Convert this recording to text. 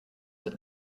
that